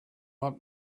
not